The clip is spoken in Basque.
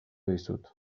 dizut